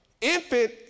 infant